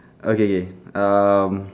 okay okay um